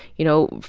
you know,